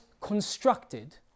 constructed